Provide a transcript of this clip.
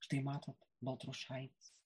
štai matot baltrušaitis